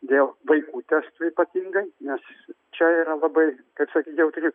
dėl vaikų testų ypatingai nes čia yra labai kaip sakyt jautri